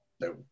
No